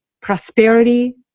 prosperity